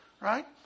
right